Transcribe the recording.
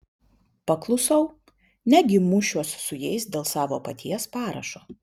paklusau negi mušiuos su jais dėl savo paties parašo